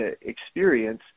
experience